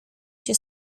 się